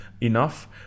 enough